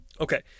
Okay